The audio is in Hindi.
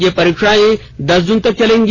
ये परीक्षाएं दस जून तक चलेंगी